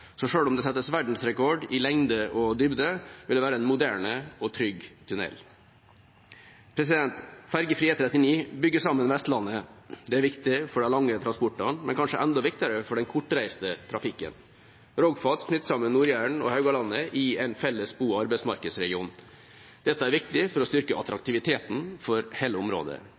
så selv om det settes verdensrekord i lengde og dybde, vil det være en moderne og trygg tunnel. Fergefri E39 bygger sammen Vestlandet, og det er viktig for de lange transportene, men kanskje enda viktigere for den kortreiste trafikken. Rogfast knytter sammen Nord-Jæren og Haugalandet i en felles bo- og arbeidsmarkedsregion. Dette er viktig for å styrke attraktiviteten for hele området.